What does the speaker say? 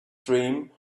dream